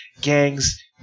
gangs